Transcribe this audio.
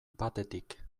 batetik